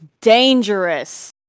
dangerous